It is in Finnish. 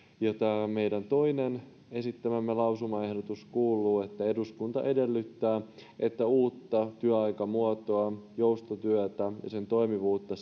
ja toinen meidän esittämämme lausumaehdotus kuuluu että eduskunta edellyttää että uutta työaikamuotoa joustotyötä ja sen toimivuutta